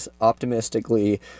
Optimistically